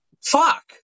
Fuck